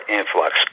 influx